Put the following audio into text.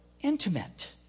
intimate